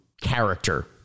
character